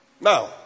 now